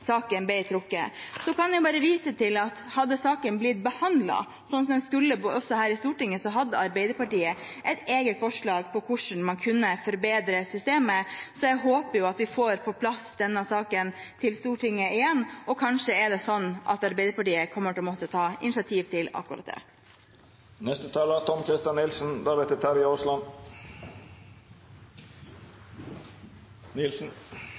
saken ble trukket. Jeg kan bare vise til at hadde saken blitt behandlet sånn som den skulle her i Stortinget, så hadde Arbeiderpartiet et eget forslag om hvordan man kunne forbedre systemet. Så jeg håper at vi får denne saken til Stortinget igjen, og kanskje er det sånn at Arbeiderpartiet kommer til å måtte ta initiativ til akkurat det.